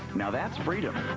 now that's freedom.